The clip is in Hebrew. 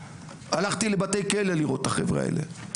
הלכתי לבתי כלא לראות את החבר'ה האלה.